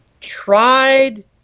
tried